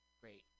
great